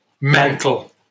Mental